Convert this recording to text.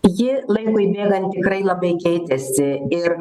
ji laikui bėgant tikrai labai keitėsi ir